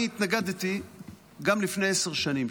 אני התנגדתי גם לפני עשר שנים,